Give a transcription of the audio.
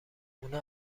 اونا